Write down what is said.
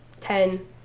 ten